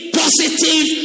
positive